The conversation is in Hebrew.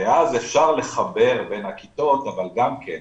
ואז אפשר לחבר בין הכיתות, אבל גם כן,